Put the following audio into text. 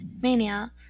Mania